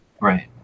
Right